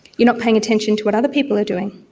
you're not paying attention to what other people are doing.